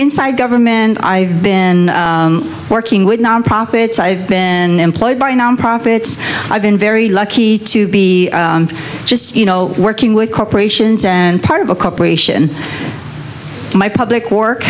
inside government and i've been working with non profits i've been employed by non profits i've been very lucky to be just you know working with corporations and part of a corporation my public work